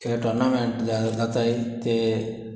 ते टोर्नामेंट जे जाताय ते